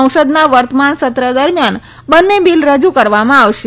સંસદના વર્તમાન સત્ર દરમિયાન બંને બિલ રજુ કરવામાં આવશે